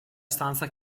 stanza